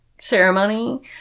ceremony